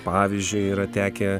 pavyzdžiui yra tekę